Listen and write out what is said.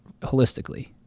holistically